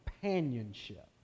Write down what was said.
companionship